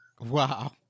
Wow